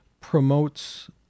promotes